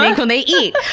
um can they eat?